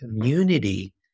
community